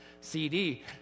CD